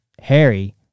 harry